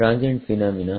transient phenomena